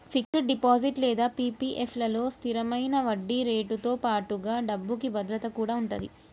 fixed deposit లేదా PPF లలో స్థిరమైన వడ్డీరేటుతో పాటుగా డబ్బుకి భద్రత కూడా ఉంటది